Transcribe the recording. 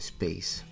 Space